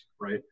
right